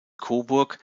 coburg